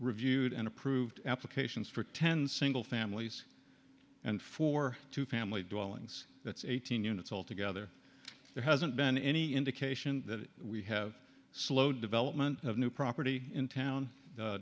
reviewed and approved applications for ten single families and for two family dwellings that's eighteen units altogether there hasn't been any indication that we have slow development of new property in town